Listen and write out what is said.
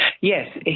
Yes